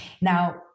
now